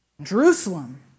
Jerusalem